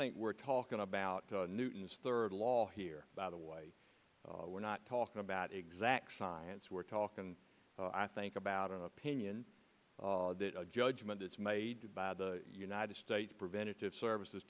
think we're talking about newton's third law here by the way we're not talking about exact science we're talking i think about an opinion a judgment is made by the united states preventative services